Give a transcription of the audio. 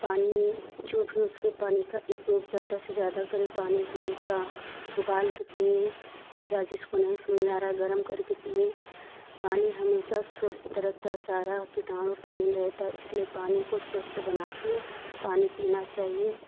पानी जो भी हो उसके पानी का उपयोग ज़्यादा से ज़्यादा करें पानी हमेशा उबाल कर पियें या जिसको नहीं समझ में आ रहा है गर्म करके पियें पानी हमेशा स्वस्थ रखता सारा किटाणु पानी में रहता इसलिए पानी को स्वस्थ बना के पानी पीना चाहिए